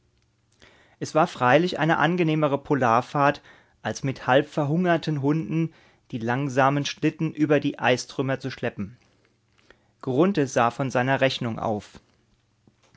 es war freilich eine angenehmere polarfahrt als mit halbverhungerten hunden die langsamen schlitten über die eistrümmer zu schleppen grunthe sah von seiner rechnung auf